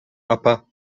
upper